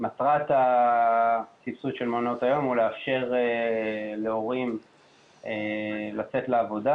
מטרת הסבסוד של מעונות היום הוא לאפשר להורים לצאת לעבודה.